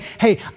hey